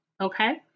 okay